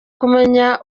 kumenya